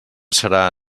serà